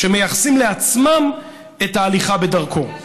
שמייחסים לעצמם את ההליכה בדרכו.